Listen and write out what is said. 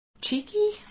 Cheeky